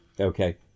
Okay